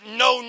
no